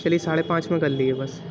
چلیے ساڑھے پانچ میں کر لیجیے بس